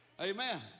amen